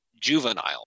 juvenile